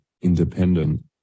independent